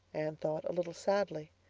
anne thought, a little sadly.